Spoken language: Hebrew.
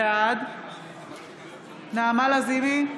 בעד נעמה לזימי,